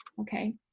okay